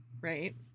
right